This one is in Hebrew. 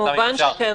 כמובן שכן.